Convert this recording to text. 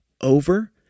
over